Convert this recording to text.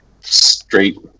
straight